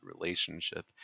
relationship